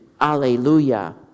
Alleluia